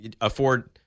afford